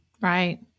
right